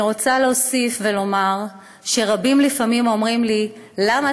אני רוצה להוסיף ולומר שרבים לפעמים אומרים לי: למה